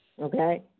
okay